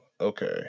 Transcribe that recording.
Okay